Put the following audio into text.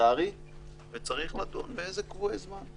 פרלמנטרי וצריך לדון באיזה קבועי זמן,